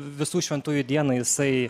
visų šventųjų dieną jisai